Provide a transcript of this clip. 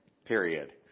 period